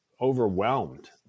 overwhelmed